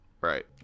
Right